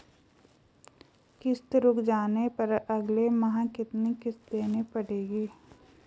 किश्त रुक जाने पर अगले माह कितनी किश्त देनी पड़ेगी?